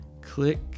click